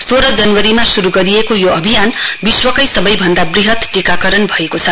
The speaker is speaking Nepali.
सोह्र जनवरीमा शुरु गरिएको यो अभियान विश्वकै सबैभन्दा वृहत टीकाकरण भएको छ